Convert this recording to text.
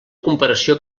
comparació